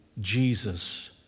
Jesus